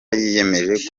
yiyemeje